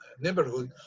neighborhood